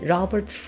Robert